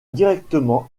directement